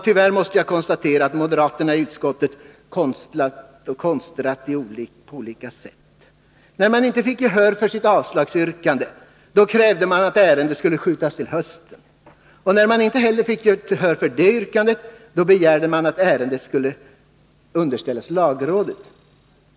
Tyvärr måste jag konstatera att moderaterna i utskottet har konstrat på olika sätt. När de inte fick gehör för sitt avstyrkande, krävde de att ärendet skulle skjutas till hösten. Och när de inte heller fick gehör för detta krav, begärde de att ärendet skulle underställas lagrådet.